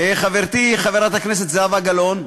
חברתי חברת הכנסת זהבה גלאון,